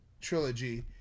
trilogy